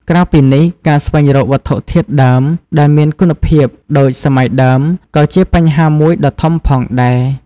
ក្រៅពីនេះ ការស្វែងរកវត្ថុធាតុដើម ដែលមានគុណភាពដូចសម័យដើម ក៏ជាបញ្ហាមួយដ៏ធំផងដែរ។